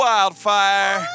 Wildfire